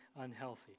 unhealthy